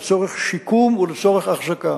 לצורך שיקום ולצורך אחזקה.